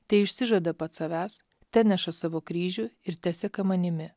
teišsižada pats savęs teneša savo kryžių ir teseka manimi